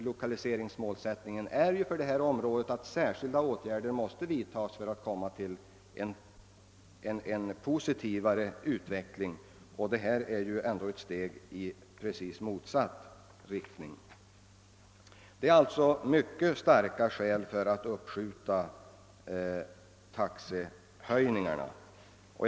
Lokaliseringsmålsättningen för detta område innebär ju att särskilda åtgärder måste vidtagas för att en mera positiv utveckling skall komma till stånd. Taxehöjningarna är emellertid ett steg i rakt motsatt riktning. Det finns = alltså mycket starka skäl som talar för att taxehöjningarna bör uppskjutas.